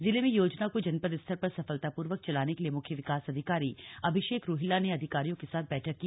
जिले में योजना को जनपद स्तर पर सफलतापूर्वक चलाने के लिए मुख्य विकास अधिकारी अभिषेक रुहिला ने अधिकारियों के साथ बैठक की